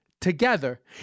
together